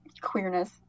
queerness